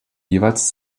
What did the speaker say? jeweils